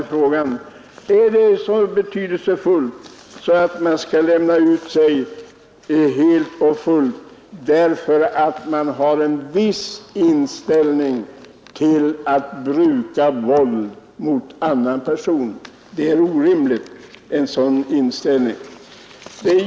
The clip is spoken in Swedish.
Måste man lämna ut sig helt och fullt därför att man har en viss inställning till bruk av våld mot annan person? En sådan inställning är orimlig.